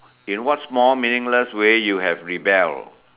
in what small meaningless way you have rebel